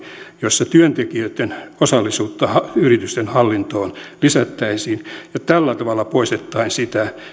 jossa työntekijöitten osallisuutta yritysten hallintoon lisättäisiin ja tällä tavalla poistettaisiin sitä